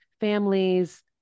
families